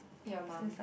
your mum